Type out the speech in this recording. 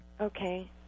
Okay